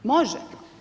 Može.